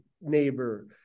neighbor